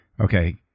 okay